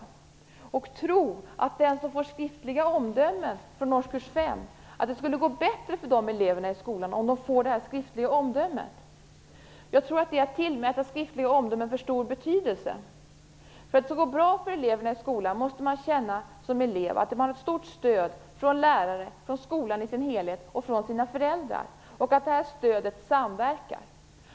Hon tror att det skulle gå bättre i skolan för de elever som får skriftliga omdömen från årskurs 5. Det är tillmäta skriftliga omdömen för stor betydelse. För att det skall gå bra för eleverna i skolan måste de känna att de har ett stort stöd från lärare, från skolan i dess helhet och från sina föräldrar samt att dessa stöd samverkar.